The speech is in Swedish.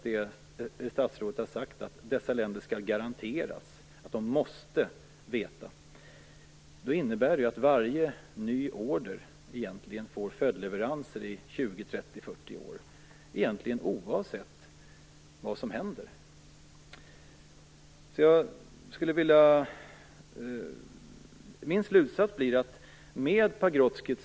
Det statsrådet har sagt - att dessa länder skall garanteras att deras system inte blir obrukbara längre fram på grund av en svensk vägran att tillåta följdleveranser - innebär ju att varje ny order får följdleveranser i 20, 30 eller 40 år, egentligen oavsett vad som händer.